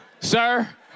Sir